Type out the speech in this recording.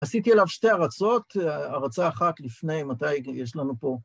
עשיתי אליו שתי הרצות, הרצה אחת לפני, מתי יש לנו פה.